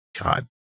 God